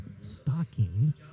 stocking